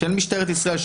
של משטרת ישראל,